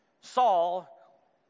Saul